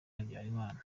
habyarimana